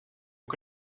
hoe